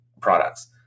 products